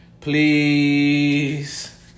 Please